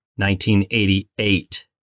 1988